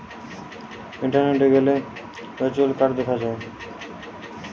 ইন্টারনেটে গ্যালে virtual card দেখা যায়